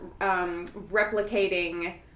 replicating